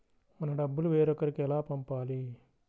మన డబ్బులు వేరొకరికి ఎలా పంపాలి?